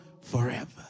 forever